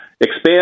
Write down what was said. expand